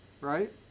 right